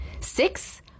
Six